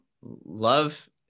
love